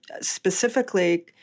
Specifically